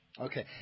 Okay